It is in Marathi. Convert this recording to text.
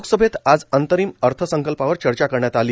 लोकसभेत आज अंतरिम अर्थ संकल्पावर चर्चा करण्यात आली